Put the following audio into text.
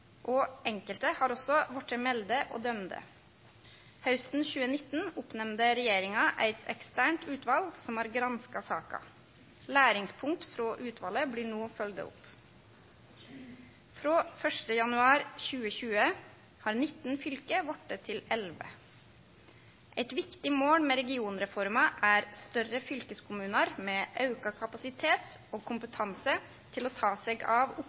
og enkelte har også vorte melde og dømde. Hausten 2019 oppnemnde regjeringa eit eksternt utval som har granska saka. Læringspunkt frå utvalet blir no følgde opp. Frå 1. januar 2020 har 19 fylke vorte til 11. Eit viktig mål med regionreforma er større fylkeskommunar med auka kapasitet og kompetanse til å ta seg av